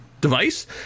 device